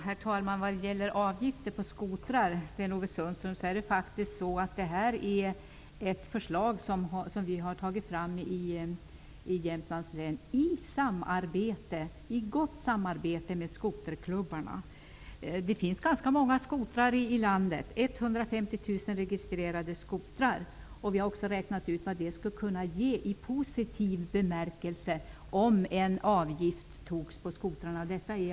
Herr talman! Förslaget om avgifter för skotrar är faktiskt framtaget i gott samarbete med skoterklubbarna. Det finns ganska många registrerade skotrar i landet -- 150 000 -- och vi har räknat ut hur mycket positivt det skulle kunna ge om man tog ut en avgift för varje skoter.